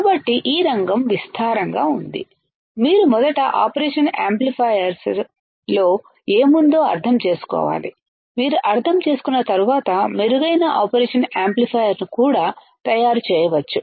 కాబట్టి ఈ రంగం విస్తారంగా ఉంది మీరు మొదట ఆపరేషన్ యాంప్లిఫైయర్లో ఏముందో అర్థం చేసుకోవాలి మీరు అర్థం చేసుకున్న తర్వాత మెరుగైన ఆపరేషన్ యాంప్లిఫైయర్ ను కూడా తయారు చేయవచ్చు